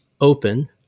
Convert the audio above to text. open